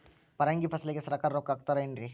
ಪರಂಗಿ ಫಸಲಿಗೆ ಸರಕಾರ ರೊಕ್ಕ ಹಾಕತಾರ ಏನ್ರಿ?